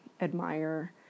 admire